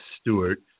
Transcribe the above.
Stewart